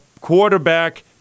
quarterback